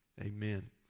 amen